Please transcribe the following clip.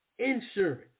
Insurance